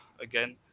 again